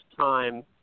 time